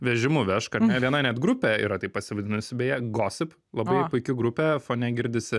vežimu vežk ar ne viena net grupė yra taip pasivadinusi beje gosip labai puiki grupė fone girdisi